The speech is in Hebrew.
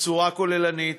בצורה כוללנית,